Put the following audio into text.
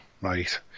Right